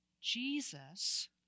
Jesus